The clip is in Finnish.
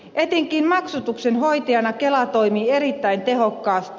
etenkin maksatuksen hoitajana kela toimii erittäin tehokkaasti